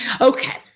Okay